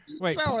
Wait